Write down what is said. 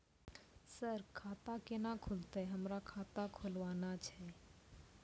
Sir खाता केना खुलतै, हमरा खाता खोलवाना छै?